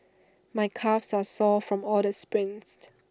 my calves are sore from all the sprints